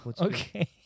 Okay